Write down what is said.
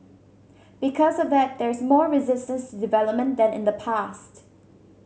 because of that there's more resistance to development than in the past